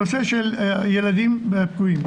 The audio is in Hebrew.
הנושא של ילדים פגועים,